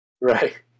Right